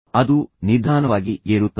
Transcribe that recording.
ಅದು ನಿಧಾನವಾಗಿ ಏರುತ್ತದೆ